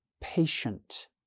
patient